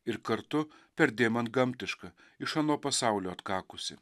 ir kartu perdėm antgamtiška iš ano pasaulio atkakusi